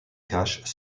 cache